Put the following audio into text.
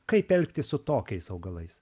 kaip elgtis su tokiais augalais